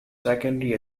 secondary